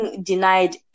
denied